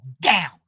down